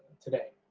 today.